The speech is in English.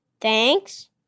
Thanks